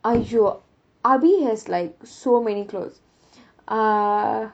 !aiyo! abi has like so many clothes uh